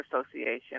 Association